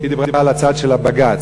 היא דיברה על הצעד של הבג"ץ.